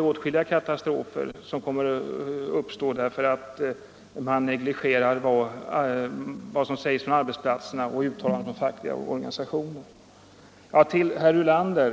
Åtskilliga katastrofer kommer att inträffa därför att man negligerar uttalanden på arbetsplatserna och från fackliga organisationer. Herr Ulander